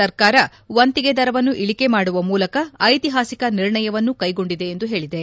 ಸರ್ಕಾರ ವಂತಿಗೆ ದರವನ್ನು ಇಳಕೆ ಮಾಡುವ ಮೂಲಕ ಐತಿಹಾಸಿಕ ನಿರ್ಣಯವನ್ನು ಕೈಗೊಂಡಿದೆ ಎಂದು ಹೇಳಿದೆ